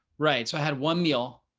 right. so i had one meal,